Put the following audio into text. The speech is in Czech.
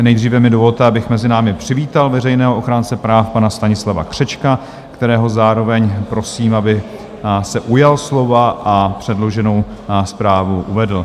Nejdříve mi dovolte, abych mezi námi přivítal veřejného ochránce práv, pana Stanislava Křečka, kterého zároveň prosím, aby se ujal slova a předloženou zprávu uvedl.